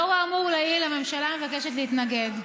לאור האמור לעיל, הממשלה מבקשת להתנגד.